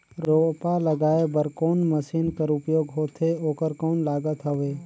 रोपा लगाय बर जोन मशीन कर उपयोग होथे ओकर कौन लागत हवय?